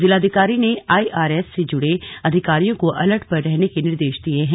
जिलाधिकारी ने आईआरएस से जुड़े अधिकारियों को अलर्ट पर रहने के निर्देश दिए हैं